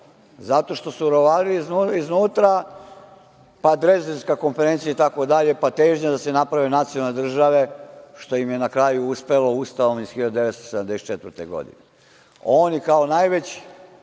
zato što su rovarili iznutra, pa Drezdenska konferencija itd, pa težnja da se naprave nacionalne države, što im je na kraju uspelo Ustavom iz 1974. godine. Oni, kao najveći